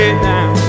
down